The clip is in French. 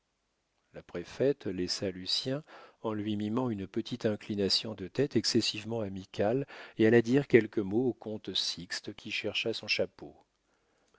la préfète laissa lucien en lui mimant une petite inclination de tête excessivement amicale et alla dire quelques mots au comte sixte qui chercha son chapeau